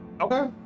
Okay